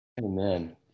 Amen